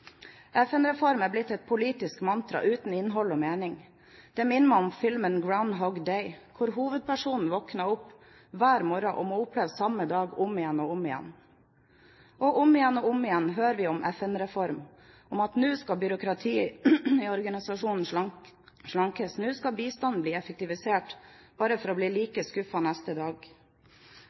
er blitt et politisk mantra uten innhold og mening. Det minner meg om filmen «Groundhog Day», hvor hovedpersonen våkner opp hver morgen og må oppleve samme dag om igjen og om igjen. Og om igjen og om igjen hører vi om FN-reform, om at nå skal byråkratiet i organisasjonen slankes, nå skal bistanden bli effektivisert, bare for å bli like skuffet neste dag.